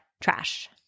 trash